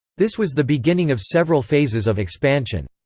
this was the beginning of several phases of expansion.